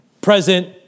present